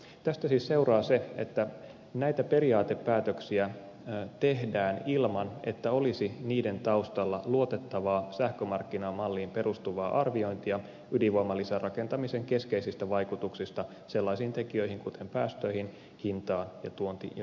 tästä siis seuraa se että näitä periaatepäätöksiä tehdään ilman että olisi niiden taustalla luotettavaa sähkömarkkinamalliin perustuvaa arviointia ydinvoimalisärakentamisen keskeisistä vaikutuksista sellaisiin tekijöihin kuin päästöihin hintaan ja tuonti ja vientitaseeseen